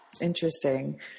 Interesting